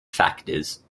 factors